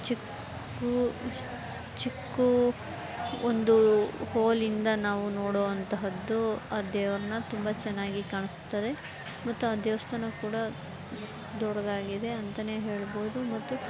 ಚಿಕ್ಕ ಚಿಕ್ಕ ಒಂದು ಹೋಲಿಂದ ನಾವು ನೋಡುವಂತಹದ್ದು ಆ ದೇವರನ್ನ ತುಂಬ ಚೆನ್ನಾಗಿ ಕಾಣಿಸುತ್ತದೆ ಮತ್ತು ಆ ದೇವಸ್ಥಾನ ಕೂಡ ದೊಡ್ಡದಾಗಿದೆ ಅಂತಲೇ ಹೇಳ್ಬೋದು ಮತ್ತು